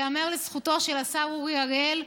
ייאמר לזכותו של השר אורי אריאל,